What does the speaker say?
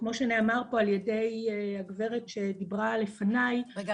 כמו שנאמר פה על ידי הגברת שדיברה לפניי --- סליחה,